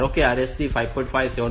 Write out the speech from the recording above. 5 અને 7